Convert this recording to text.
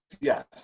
Yes